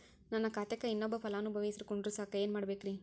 ನನ್ನ ಖಾತೆಕ್ ಇನ್ನೊಬ್ಬ ಫಲಾನುಭವಿ ಹೆಸರು ಕುಂಡರಸಾಕ ಏನ್ ಮಾಡ್ಬೇಕ್ರಿ?